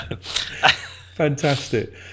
Fantastic